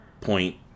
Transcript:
point